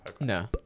No